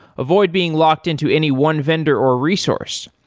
avoid being locked into any one vendor or resource.